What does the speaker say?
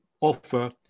offer